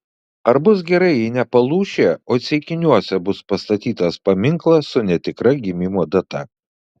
ar bus gerai jei ne palūšėje o ceikiniuose bus pastatytas paminklas su netikra gimimo data